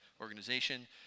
organization